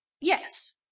Yes